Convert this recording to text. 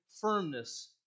firmness